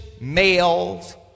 males